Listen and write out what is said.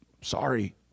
sorry